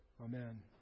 Amen